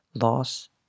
loss